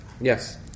Yes